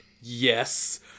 yes